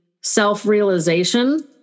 self-realization